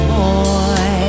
boy